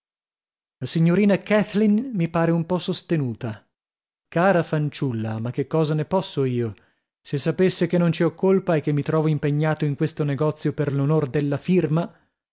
la signorina kathleen mi pare un po sostenuta cara fanciulla ma che cosa ne posso io se sapesse che non ci ho colpa e che mi trovo impegnato in questo negozio per l'onor della firma